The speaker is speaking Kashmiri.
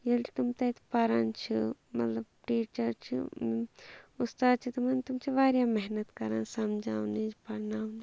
ییٚلہِ تِم تَتہِ پَران چھِ مطلب ٹیٖچَر چھِ اُستاد چھِ تِمَن تِم چھِ واریاہ محنت کَران سَمجاونٕچ پرناونٕچ